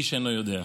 איש אינו יודע.